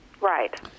Right